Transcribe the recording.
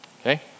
Okay